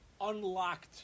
unlocked